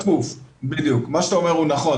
מה שאתה אומר הוא נכון.